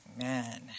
Amen